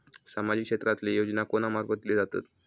सामाजिक क्षेत्रांतले योजना कोणा मार्फत दिले जातत?